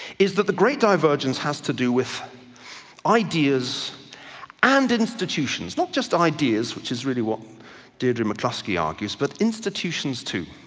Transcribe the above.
is that the great divergence has to do with ideas and institutions. not just ideas, which is really what deidre mccloskey argues, but institutions too,